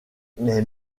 les